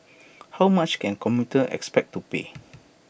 how much can commuters expect to pay